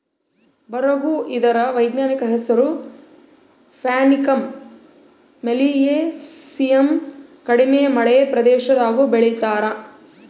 ಬರುಗು ಇದರ ವೈಜ್ಞಾನಿಕ ಹೆಸರು ಪ್ಯಾನಿಕಮ್ ಮಿಲಿಯೇಸಿಯಮ್ ಕಡಿಮೆ ಮಳೆ ಪ್ರದೇಶದಾಗೂ ಬೆಳೀತಾರ